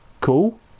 cool